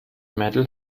mädel